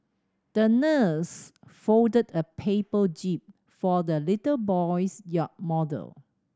the nurse folded a paper jib for the little boy's yacht model